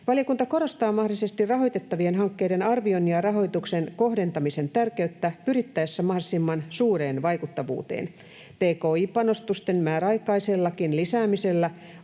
Valiokunta korostaa mahdollisesti rahoitettavien hankkeiden arvioinnin ja rahoituksen kohdentamisen tärkeyttä pyrittäessä mahdollisimman suureen vaikuttavuuteen. Tki-panostusten määräaikaisellakin lisäämisellä